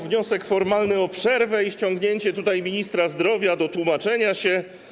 Wniosek formalny o przerwę i ściągnięcie tutaj ministra zdrowia do tłumaczenia się.